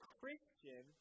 Christian